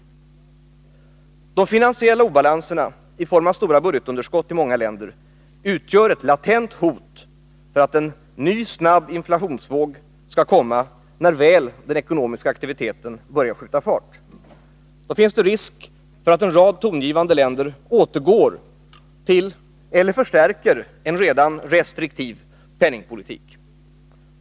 De finansiella obalanserna i form av stora budgetunderskott i många länder utgör ett latent hot om att en ny snabb inflationsvåg skall komma när väl den ekonomiska aktiviteten börjar skjuta fart. Det finns då risk för att en rad tongivande länder återgår till eller förstärker en redan restriktiv penningpolitik.